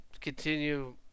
continue